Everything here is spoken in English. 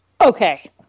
okay